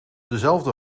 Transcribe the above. dezelfde